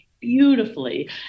beautifully